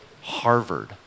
Harvard